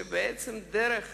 אני רוצה להזכיר שהדרך